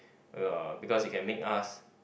ya because it can make us